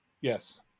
Yes